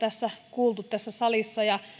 kuultu tässä salissa ja